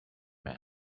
man